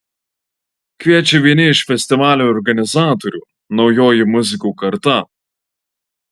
kviečia vieni iš festivalio organizatorių naujoji muzikų karta